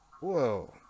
Whoa